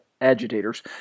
agitators